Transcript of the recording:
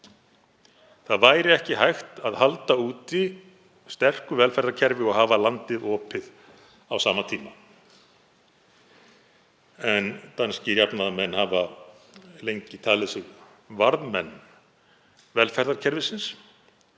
Ekki væri hægt að halda úti sterku velferðarkerfi og hafa landið opið á sama tíma. Danskir jafnaðarmenn hafa lengi talið sig varðmenn velferðarkerfisins